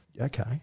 Okay